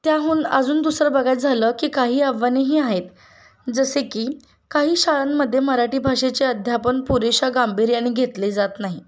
त्याहून अजून दुसरं बघायचं झालं की काही आव्हानेही आहेत जसे की काही शाळांमध्ये मराठी भाषेचे अध्यापन पुरेशा गांभीर्याने घेतले जात नाही